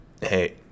hey